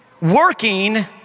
working